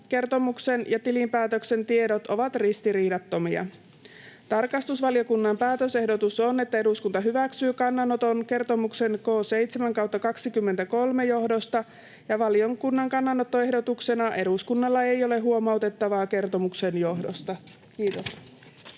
Toimintakertomuksen ja tilinpäätöksen tiedot ovat ristiriidattomia. Tarkastusvaliokunnan päätösehdotus on: ”Eduskunta hyväksyy kannanoton kertomuksen K 7/23 johdosta.” Valiokunnan kannanottoehdotuksena on: ”Eduskunnalla ei ole huomautettavaa kertomuksen johdosta.” — Kiitos.